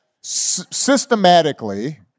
systematically